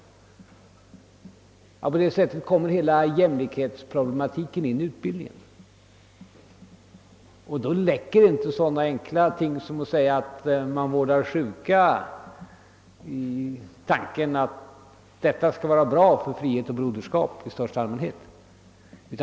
På det sättet kommer hela jämlikhetsproblematiken in i utbildningen, och då räcker inte sådana argument som att man vårdar sjuka i tanken att detta skall vara bra för frihet och broderskap i största allmänhet.